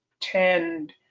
tend